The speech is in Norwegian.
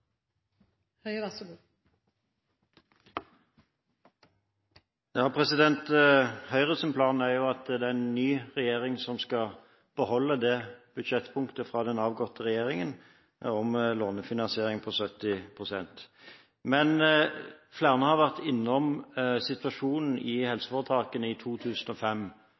plan er at det er en ny regjering som skal beholde budsjettpunktet fra den avgåtte regjeringen om lånefinansiering på 70 pst. Flere har vært innom situasjonen i helseforetakene i 2005.